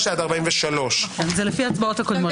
4 נגד, 9 נמנעים, אין לא אושרה.